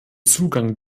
zugang